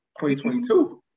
2022